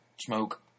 smoke